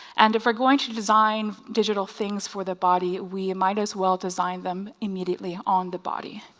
and if we're going to to design digital things for the body, we might as well design them immediately on the body.